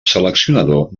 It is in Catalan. seleccionador